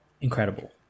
incredible